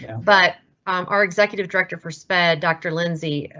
but our executive director for sped dr. lindsey.